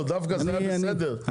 דווקא זה היה בסדר,